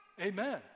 Amen